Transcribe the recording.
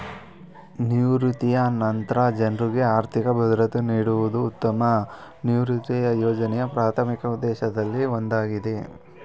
ನಿವೃತ್ತಿಯ ನಂತ್ರ ಜನ್ರುಗೆ ಆರ್ಥಿಕ ಭದ್ರತೆ ನೀಡುವುದು ಉತ್ತಮ ನಿವೃತ್ತಿಯ ಯೋಜ್ನೆಯ ಪ್ರಾಥಮಿಕ ಉದ್ದೇಶದಲ್ಲಿ ಒಂದಾಗಿದೆ